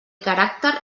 caràcter